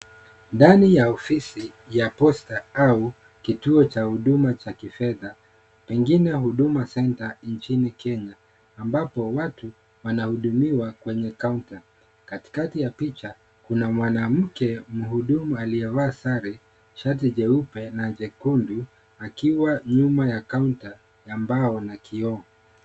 Ndani ya ofisi ya posta au kituo cha huduma ya kifedha pengine Huduma Centre nchini Kenya ,ambapo watu wanahudumiwa kwenye kaunta .Katikati ya picha kuna mwanamke mhudumu aliyevaa sare shati jeupe na jekundu akiwa nyuma ya kaunta ambao ina kioo.